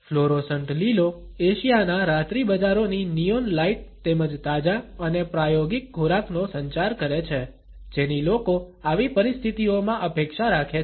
fluorescent લીલો એશિયાના રાત્રિ બજારોની નિયોન લાઇટ તેમજ તાજા અને પ્રાયોગિક ખોરાકનો સંચાર કરે છે જેની લોકો આવી પરિસ્થિતિઓમાં અપેક્ષા રાખે છે